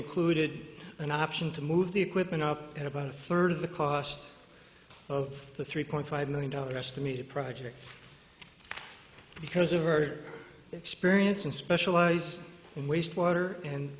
included an option to move the equipment up at about a third of the cost of the three point five million dollar estimated project because of bird experience and specialize in waste water and